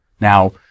Now